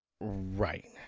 right